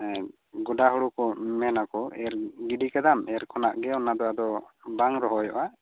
ᱜᱚᱰᱟ ᱦᱳᱲᱳ ᱠᱚ ᱢᱮᱱᱟ ᱠᱚ ᱮᱨ ᱜᱤᱰᱤ ᱠᱟᱫᱟᱢ ᱮᱨ ᱠᱷᱚᱱᱟᱜ ᱜᱮ ᱚᱱᱟ ᱫᱚ ᱟᱫᱚ ᱵᱟᱝ ᱨᱚᱦᱚᱭᱚᱜᱼᱟ